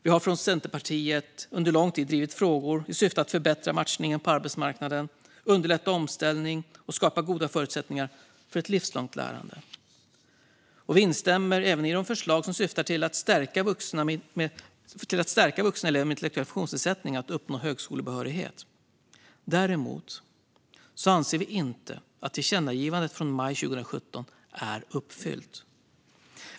Vi har från Centerpartiet under lång tid drivit frågor i syfte att förbättra matchningen på arbetsmarknaden, underlätta omställning och skapa goda förutsättningar för ett livslångt lärande. Vi instämmer även i de förslag som syftar till att stärka möjligheterna för vuxna elever med intellektuell funktionsnedsättning att uppnå högskolebehörighet. Däremot anser vi inte att tillkännagivandet från maj 2017 är uppfyllt.